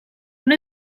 una